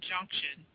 Junction